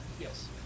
Yes